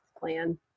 plan